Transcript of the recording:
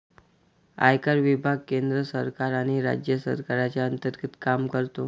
आयकर विभाग केंद्र सरकार आणि राज्य सरकारच्या अंतर्गत काम करतो